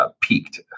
peaked